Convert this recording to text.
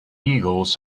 eagles